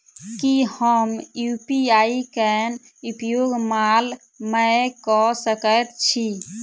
की हम यु.पी.आई केँ प्रयोग माल मै कऽ सकैत छी?